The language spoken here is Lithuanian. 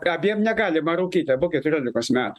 abiem negalima rūkyti abu keturiolikos metų